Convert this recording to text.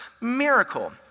miracle